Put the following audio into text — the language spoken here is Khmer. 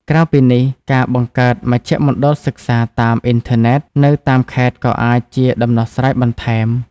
ក្រៅពីនេះ ការបង្កើតមជ្ឈមណ្ឌលសិក្សាតាមអ៊ីនធឺណិត នៅតាមខេត្តក៏អាចជាដំណោះស្រាយបន្ថែម។